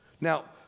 Now